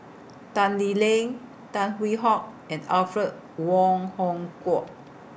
Tan Lee Leng Tan Hwee Hock and Alfred Wong Hong Kwok